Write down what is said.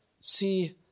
see